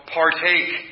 partake